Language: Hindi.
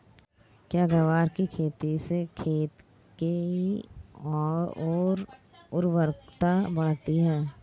क्या ग्वार की खेती से खेत की ओर उर्वरकता बढ़ती है?